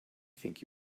think